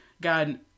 God